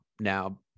now